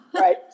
Right